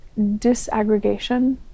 disaggregation